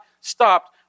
stopped